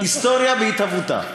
היסטוריה בהתהוותה.